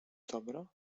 dobro